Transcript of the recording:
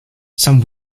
some